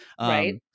Right